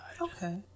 Okay